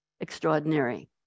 extraordinary